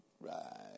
right